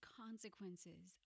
consequences